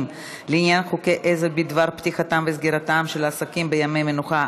לעניין חוקי עזר בדבר פתיחתם וסגירתם של עסקים בימי מנוחה),